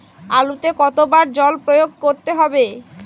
আলুতে কতো বার জল প্রয়োগ করতে হবে?